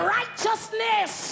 righteousness